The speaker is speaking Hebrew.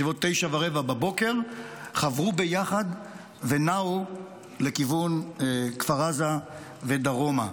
ובסביבות 09:15 הם חברו ביחד ונעו לכיוון כפר עזה ודרומה.